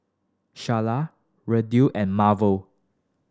Sharla Randle and Marvel